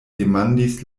demandis